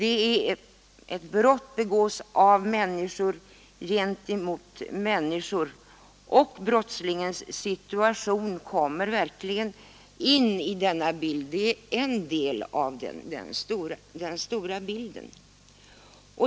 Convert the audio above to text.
Ett brott begås av människor mot människor, och brottslingens situation kommer verkligen in som en del i den stora bilden.